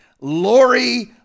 Lori